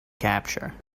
capture